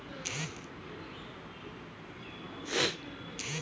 net banking ওয়েবসাইটে online গিয়ে লোনের সমস্ত বিষয় জানা যায়